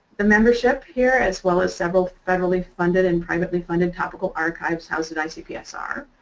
the membership here, as well as several federally funded and privately funded topical archives housed at icpsr,